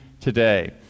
today